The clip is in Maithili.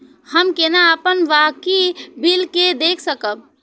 हम केना अपन बाकी बिल के देख सकब?